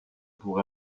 pour